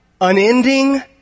unending